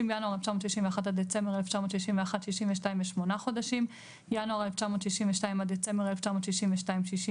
ינואר 1961 עד דצמבר 1961 62 ו-8 חודשים ינואר 1962 עד דצמבר 1962 63